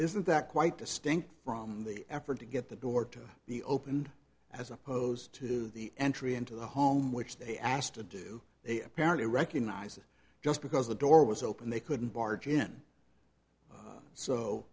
isn't that quite distinct from the effort to get the door to the open as opposed to the entry into the home which they asked to do they apparently recognize that just because the door was open they couldn't barge in so